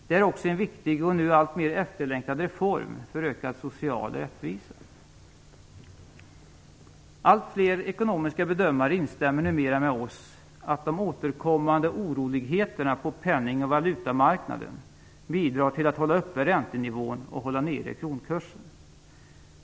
Det är också en viktig och nu alltmer efterlängtad reform för ökad social rättvisa. Allt fler ekonomiska bedömare instämmer numera med oss om att de återkommande oroligheterna på penning och valutamarknaden bidrar till att hålla uppe räntenivån och hålla nere kronkursen.